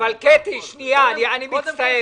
קטי, שנייה, אני מצטער.